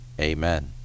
Amen